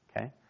Okay